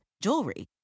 jewelry